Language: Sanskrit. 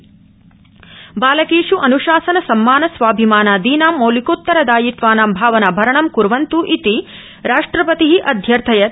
शिक्षका बालकेष् अन्शासन सम्मान स्वाभिमानादीनां मौलिकोत्तरदायित्वानां भावना भरणं कुर्वन्त् इति राष्ट्रपति अध्यर्थयत्